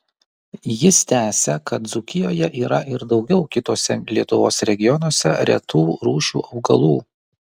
jis tęsia kad dzūkijoje yra ir daugiau kituose lietuvos regionuose retų rūšių augalų